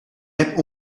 hebt